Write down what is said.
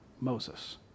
Moses